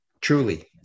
truly